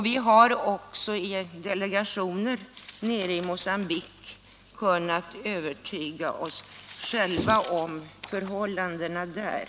Vi har också i delegationer till Mogambique kunnat övertyga oss själva om förhållandena där.